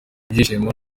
ibyishimo